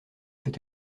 peut